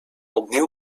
opnieuw